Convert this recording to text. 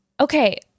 Okay